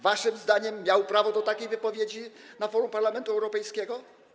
Waszym zdaniem miał prawo do takiej wypowiedzi na forum Parlamentu Europejskiego?